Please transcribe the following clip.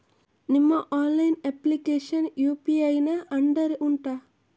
ನಿಮ್ಮ online application UPI ನ under ಉಂಟಾ